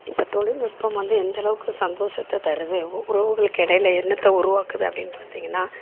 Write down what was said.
இப்போ தொழில்நுட்பம் வந்து எந்த அளவுக்கு சந்தோஷத்த தருது உ உறவுகளுக்கு இடையில என்னத்தை உருவாக்குது அப்படின்னு பார்த்தீங்கன்னா